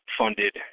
funded